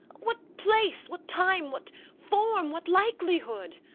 what place? what time? what form? what likelihood?